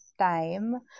time